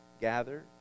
gather